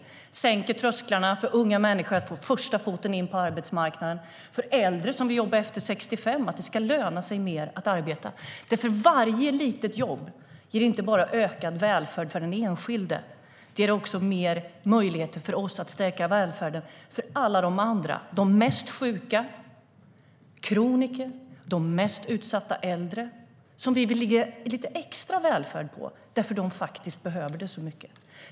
Vi sänker trösklarna för unga människor, så att de får in en fot på arbetsmarknaden, och för äldre som vill jobba efter 65. Det ska löna sig mer att arbeta. Varje litet jobb ger inte bara ökad välfärd för den enskilde. Det ger även mer möjligheter för oss att stärka välfärden för alla de andra - de mest sjuka, kroniker, de mest utsatta äldre. Dem vill vi lägga lite extra välfärd på eftersom de behöver det.